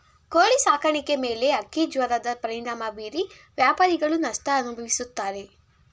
ಕೋಳಿ ಸಾಕಾಣಿಕೆ ಮೇಲೆ ಹಕ್ಕಿಜ್ವರದ ಪರಿಣಾಮ ಬೀರಿ ವ್ಯಾಪಾರಿಗಳು ನಷ್ಟ ಅನುಭವಿಸುತ್ತಾರೆ